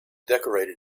decorated